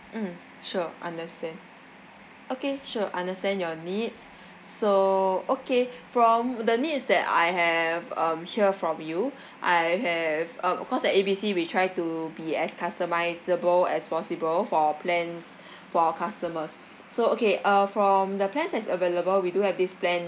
mm sure understand okay sure understand your needs so okay from the needs that I have um hear from you I have um of course at A B C we try to be as customisable as possible for our plans for our customers so okay uh from the plans as available we do have this plan